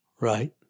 Right